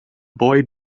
boy